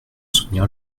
soutenir